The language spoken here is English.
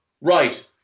right